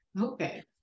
Okay